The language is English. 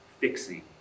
fixing